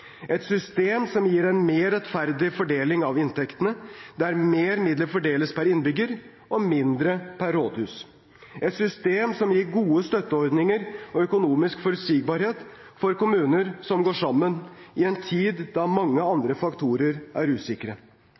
et system som gir en mer rettferdig fordeling av inntektene, der mer midler fordeles per innbygger og mindre per rådhus, et system som gir gode støtteordninger og økonomisk forutsigbarhet for kommuner som går sammen, i en tid da mange andre faktorer er usikre.